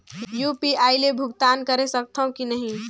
UPI ले भुगतान करे सकथन कि नहीं?